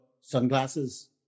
sunglasses